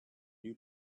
new